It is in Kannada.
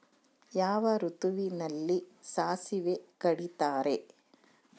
ಯಾವ ಋತುವಿನಲ್ಲಿ ಸಾಸಿವೆ ಕಡಿತಾರೆ?